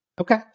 Okay